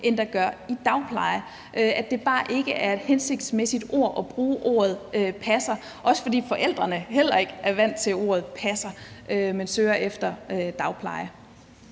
end der gør i ordet dagplejer; at det bare ikke er et hensigtsmæssigt ord at bruge, altså ordet passer, også fordi forældrene heller ikke er vant til ordet passer, men søger efter en dagplejer.